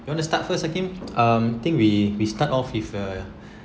you want to start first hakeem um thing we we start off with a